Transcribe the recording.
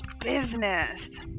business